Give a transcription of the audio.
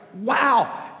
wow